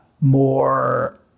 More